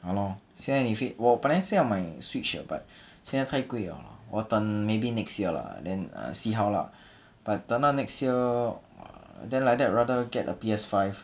!hannor! 现在 if it 我本来是要买 switch 的 but 现在太贵 liao lah 我等 maybe next year lah then uh see how lah but 等到 next year !wah! then like that rather get a P_S_five